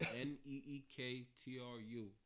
N-E-E-K-T-R-U